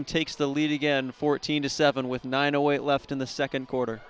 am takes the lead again fourteen to seven with nine zero eight left in the second quarter